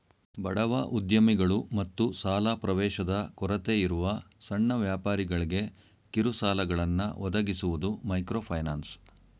ಬಡವ ಉದ್ಯಮಿಗಳು ಮತ್ತು ಸಾಲ ಪ್ರವೇಶದ ಕೊರತೆಯಿರುವ ಸಣ್ಣ ವ್ಯಾಪಾರಿಗಳ್ಗೆ ಕಿರುಸಾಲಗಳನ್ನ ಒದಗಿಸುವುದು ಮೈಕ್ರೋಫೈನಾನ್ಸ್